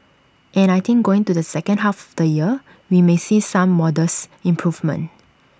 and I think going to the second half of the year we may see some modest improvements